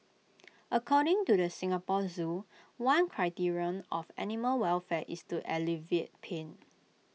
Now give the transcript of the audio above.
according to the Singapore Zoo one criterion of animal welfare is to alleviate pain